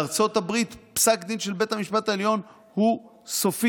בארצות הברית פסק דין של בית המשפט העליון הוא סופי.